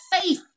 faith